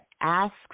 asks